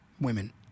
women